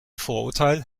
vorurteil